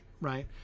right